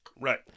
Right